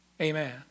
Amen